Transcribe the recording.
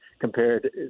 compared